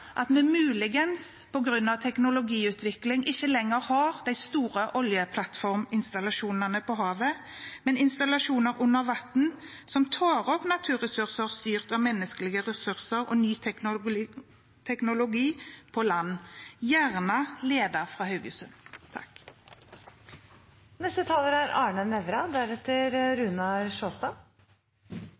at vi muligens, på grunn av teknologiutvikling, ikke lenger har de store oljeplattforminstallasjonene på havet, men installasjoner under vann som tar opp naturressurser styrt av menneskelige ressurser og ny teknologi på land – gjerne ledet fra Haugesund.